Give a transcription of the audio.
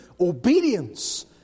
obedience